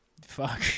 fuck